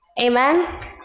Amen